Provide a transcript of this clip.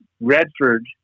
Redford